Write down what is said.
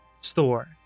store